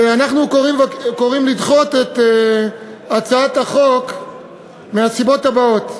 אנחנו קוראים לדחות את הצעת החוק מהסיבות הבאות: